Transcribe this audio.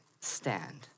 stand